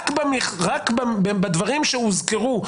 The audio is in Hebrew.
רק בדברים שהוזכרו,